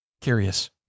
Curious